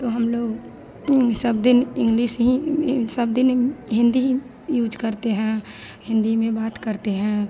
तो हमलोग इन्हीं सब दिन इंग्लिश ही सब दिन हिन्दी ही यूज़ करते हैं हिन्दी में बात करते हैं